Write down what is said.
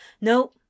No